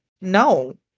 no